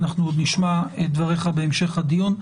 אנחנו עוד נשמע את דבריך בהמשך הדיון.